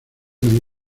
una